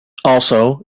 also